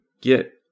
get